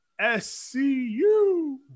SCU